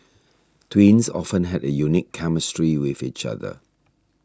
twins often have a unique chemistry with each other